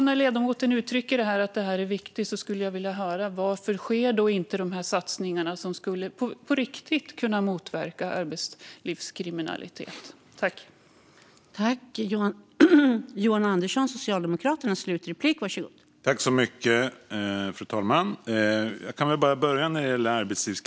När ledamoten uttrycker att det här är viktigt skulle jag vilja höra varför de satsningar som på riktigt skulle kunna motverka arbetslivskriminaliteten då inte sker.